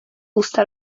usta